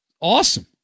Awesome